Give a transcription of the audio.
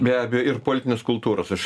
be abejo ir politinės kultūros aš